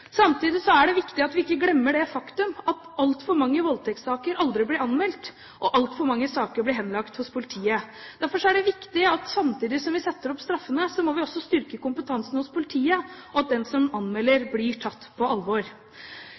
Samtidig er det viktig at vi ikke glemmer det faktum at altfor mange voldtektssaker aldri blir anmeldt, og at altfor mange saker blir henlagt hos politiet. Derfor er det viktig at samtidig som vi setter opp straffene, må vi også styrke kompetansen hos politiet og sørge for at den som anmelder blir tatt på alvor.